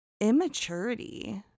immaturity